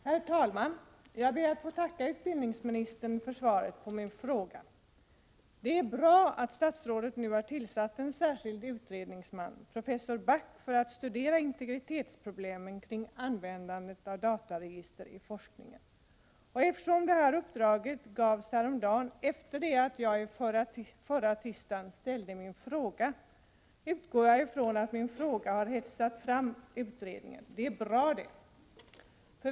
Herr talman! Jag ber att få tacka utbildningsministern för svaret på min fråga. Det är bra att statsrådet nu har tillsatt en särskild utredningsman, professor Back, för att studera integritetsproblemen kring användandet av dataregister i forskningen. Eftersom uppdraget gavs efter det att jag förra tisdagen ställt min fråga utgår jag ifrån att min fråga har hetsat fram utredningen. Det är bra!